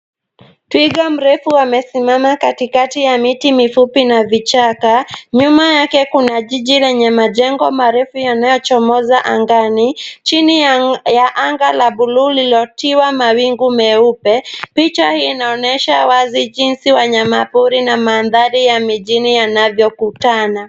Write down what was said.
Twiga mrefu amesimama katikati ya miti mifupi na vichaka. Nyuma yake, kuna jiji lenye majengo marefu yanayochomoza angani chini ya anga la bluu lililotiwa mawingu meupe. Picha hii inaonyesha wazi jinsi wanyama pori na mandhari ya mjini yanavyokutana.